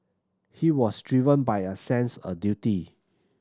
he was driven by a sense a duty